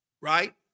Right